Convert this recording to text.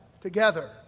together